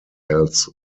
else